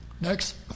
Next